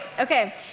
Okay